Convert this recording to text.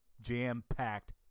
jam-packed